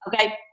okay